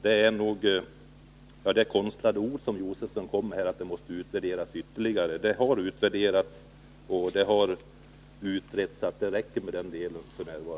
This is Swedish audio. Det är nog konstlade argument som Stig Josefson här anför — att förslaget måste utvärderas ytterligare. Det har utvärderats och utretts så att det räcker.